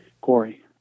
Corey